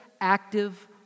active